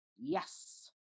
Yes